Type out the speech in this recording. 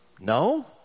No